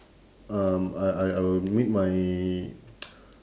um I I I will meet my